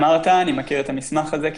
אני מכיר את המסמך הזה.